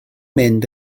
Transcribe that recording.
mynd